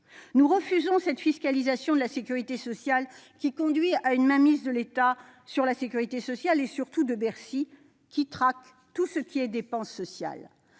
Nous refusons cette fiscalisation de la sécurité sociale, qui conduit à une mainmise de l'État- et, surtout, de Bercy -sur elle, qui traque tout ce qui est dépenses sociales.